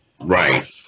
Right